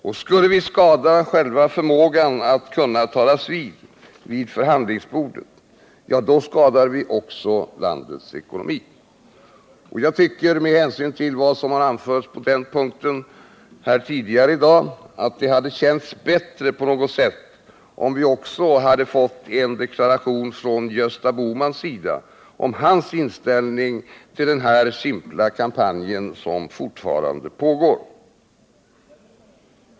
Och skulle vi skada själva förmågan att talas vid över förhandlingsbordet — ja, då skadar vi också landets ekonomi. Jag tycker, med hänsyn till vad som har anförts på den punkten här tidigare i dag, att det hade känts bättre om vi också hade fått en deklaration från Gösta Bohmans sida om hans inställning till denna simpla kampanj som fortfarande pågår.